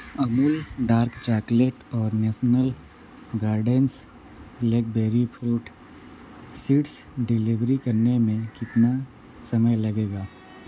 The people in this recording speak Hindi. अमूल डार्क चॉकलेट और National Gardens blackberry fruit seeds delivery करने में कितना समय लगेगा